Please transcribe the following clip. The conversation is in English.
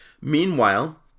Meanwhile